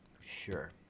sure